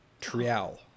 Trial